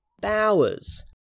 bowers